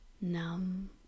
numb